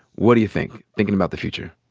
what do you think, thinking about the future?